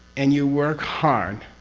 and you work hard,